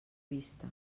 vista